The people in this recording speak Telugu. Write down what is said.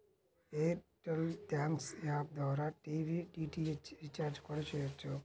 ఎయిర్ టెల్ థ్యాంక్స్ యాప్ ద్వారా టీవీ డీటీహెచ్ రీచార్జి కూడా చెయ్యొచ్చు